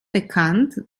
bekannt